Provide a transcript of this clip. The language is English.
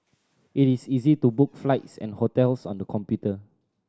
it is easy to book flights and hotels on the computer